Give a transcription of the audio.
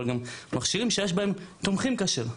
אבל גם מכשירים שיש בהם תומכים כשר.